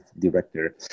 director